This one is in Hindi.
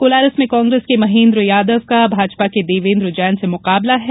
कोलारस में कांग्रेस के महेंद्र यादव का भाजपा के देवेंद्र जैन से मुकाबला है